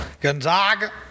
Gonzaga